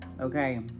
okay